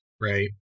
right